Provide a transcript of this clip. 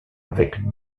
avec